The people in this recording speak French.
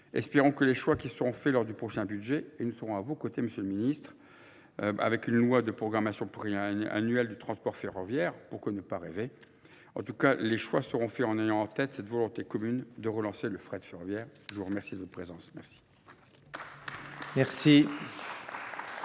Espérons que les choix qui seront faits lors du prochain budget ne seront à vos côtés, monsieur le ministre, avec une loi de programmation annuelle du transport ferroviaire, pour que l'on ne pas rêver. En tout cas, les choix seront faits en ayant en tête cette volonté commune de relancer le frais de ferroviaire. Je vous remercie de votre présence. Merci.